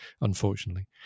unfortunately